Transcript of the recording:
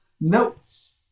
notes